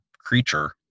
creature